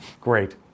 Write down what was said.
great